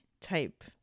type